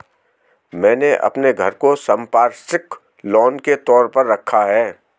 मैंने अपने घर को संपार्श्विक लोन के तौर पर रखा है